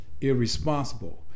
irresponsible